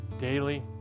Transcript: daily